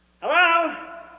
Hello